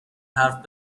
حرف